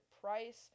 price